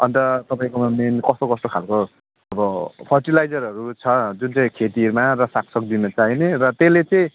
अन्त तपाईँकोमा मेन कस्तो कस्तो खालको अब फर्टिलाइजरहरू छ जुन चाहिँ खेतीमा र साग सब्जीमा चाहिने र त्यसले चाहिँ